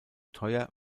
teuer